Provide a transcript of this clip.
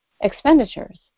expenditures